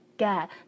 get